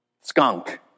Skunk